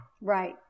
Right